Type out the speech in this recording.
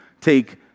take